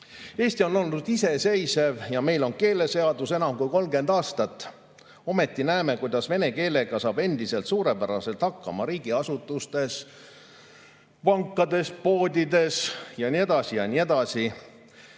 Eesti on iseseisev ja meil on keeleseadus enam kui 30 aastat. Ometi näeme, kuidas vene keelega saab endiselt suurepäraselt hakkama riigiasutustes, pankades, poodides jne. Keeleseaduses